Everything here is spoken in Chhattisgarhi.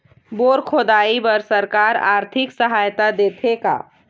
बोर खोदाई बर सरकार आरथिक सहायता देथे का?